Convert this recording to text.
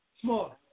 Small